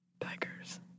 tigers